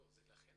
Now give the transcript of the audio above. לכן